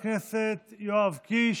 חבר הכנסת יואב קיש,